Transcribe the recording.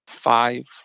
five